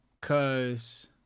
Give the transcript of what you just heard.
cause